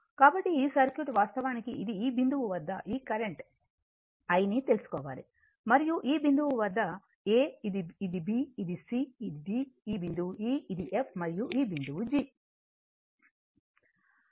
కాబట్టి ఈ సర్క్యూట్ వాస్తవానికి ఇది ఈ బిందువు వద్ద ఈ కరెంట్ I ని తెలుసుకోవాలి మరియు ఈ బిందువు a ఇది b ఇది c ఇది d ఈ బిందువు e ఇది f మరియు ఈ బిందువు g